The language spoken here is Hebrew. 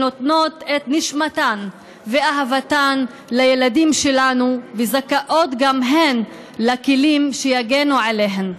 שנותנות את נשמתן ואהבתן לילדים שלנו וזכאיות גם הן לכלים שיגנו עליהן.